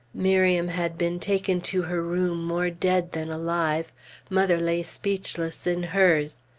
miriam had been taken to her room more dead than alive mother lay speechless in hers.